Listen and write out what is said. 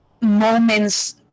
moments